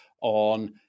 on